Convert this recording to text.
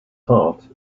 heart